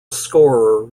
scorer